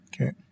Okay